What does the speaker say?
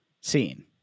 scene